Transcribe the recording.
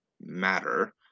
matter